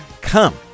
come